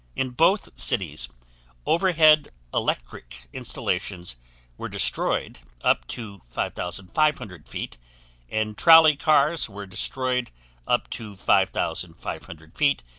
in both cities overhead electric installations were destroyed up to five thousand five hundred feet and trolley cars were destroyed up to five thousand five hundred feet,